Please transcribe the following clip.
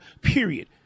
period